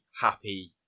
happy